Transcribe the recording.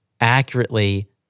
accurately